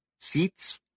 seats